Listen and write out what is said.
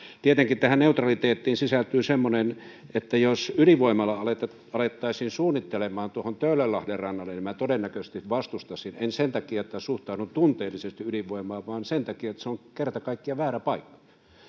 tietenkin tähän neutraliteettiin sisältyy semmoinen että jos ydinvoimalaa alettaisiin suunnittelemaan tuohon töölönlahden rannalle niin minä todennäköisesti vastustaisin en sen takia että suhtaudun tunteellisesti ydinvoimaan vaan sen takia että se on kerta kaikkiaan väärä paikka